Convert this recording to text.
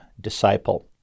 disciple